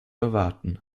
erwarten